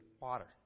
Water